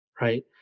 right